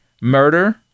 Murder